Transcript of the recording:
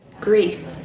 Grief